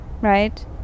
Right